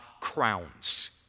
crowns